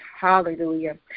Hallelujah